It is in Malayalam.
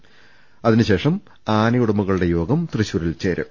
വിധിക്കുശേഷം ആനയുടമ കളുടെ യോഗം തൃശൂരിൽ ചേരും